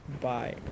bye